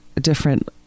different